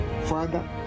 Father